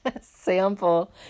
sample